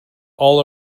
all